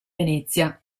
venezia